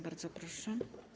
Bardzo proszę.